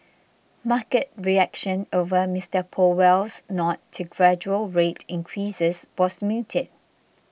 market reaction over Mister Powell's nod to gradual rate increases was muted